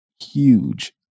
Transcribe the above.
huge